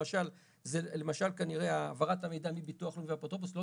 למשל כנראה העברת המידע מביטוח לאומי ואפוטרופוס לא